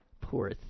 Poor